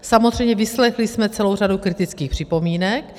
Samozřejmě vyslechli jsme celou řadu kritických připomínek.